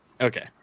Okay